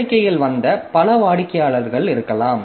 கோரிக்கைகள் வந்த பல வாடிக்கையாளர்கள் இருக்கலாம்